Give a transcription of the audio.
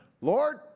Lord